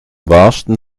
wahrsten